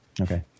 Okay